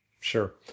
Sure